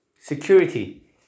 security